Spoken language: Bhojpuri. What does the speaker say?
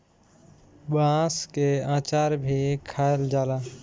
बांस के अचार भी खाएल जाला